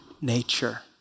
nature